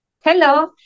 Hello